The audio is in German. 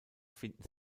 finden